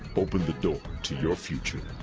open the door to your future.